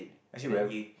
actually where